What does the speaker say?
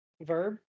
verb